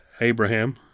Abraham